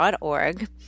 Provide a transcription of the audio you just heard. .org